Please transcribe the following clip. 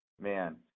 man